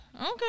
Okay